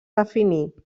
definir